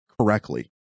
correctly